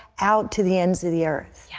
out to the ends of the earth. yeah